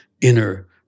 inner